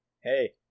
hey